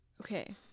Okay